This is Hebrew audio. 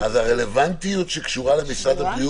--- אז הרלוונטיות שקשורה למשרד הבריאות,